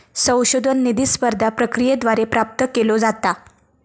संशोधन निधी स्पर्धा प्रक्रियेद्वारे प्राप्त केलो जाता